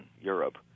Europe